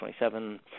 27